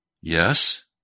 Yes